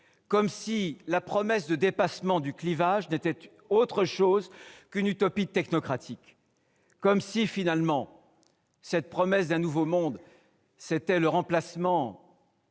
finalement, la promesse de dépassement du clivage n'était pas autre chose qu'une utopie technocratique. Comme si, finalement, cette promesse d'un nouveau monde n'était que le remplacement